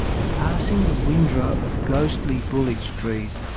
passing the windrow of ghostly bullich trees,